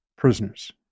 prisoners